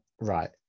Right